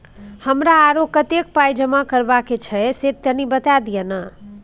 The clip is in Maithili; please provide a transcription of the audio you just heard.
हमरा आरो कत्ते पाई जमा करबा के छै से तनी बता दिय न?